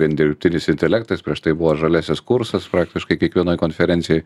vien dirbtinis intelektas prieš tai buvo žaliasis kursas praktiškai kiekvienoj konferencijoj